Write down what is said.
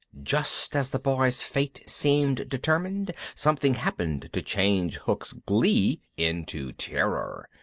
just as the boys' fate seemed determined, something happened to change hook's glee into terror.